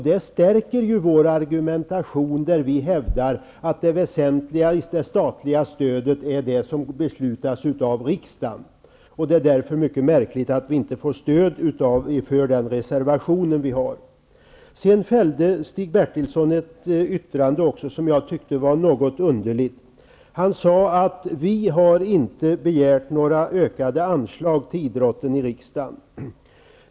Det stärker vår argumentation när vi hävdar att det väsentliga statliga stödet är det som beslutas av riksdagen. Det är därför mycket märkligt att vi inte får stöd för vår reservation. Stig Bertilsson fällde ett yttrande som jag tyckte var något underligt. Vi, sade han, har inte i riksdagen begärt några ökade anslag till idrotten.